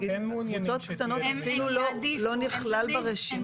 קבוצות קטנות אפילו לא נכללות ברשימה.